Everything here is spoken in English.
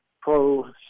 pro